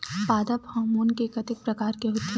पादप हामोन के कतेक प्रकार के होथे?